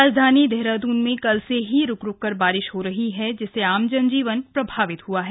राजधानी देहरादून में कल से ही रूक रूक कर बारिश हो रही है जिससे आम जन जीवन प्रभावित हुआ है